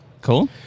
Cool